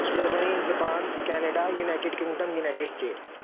Germany Japan Canada United Kingdom United States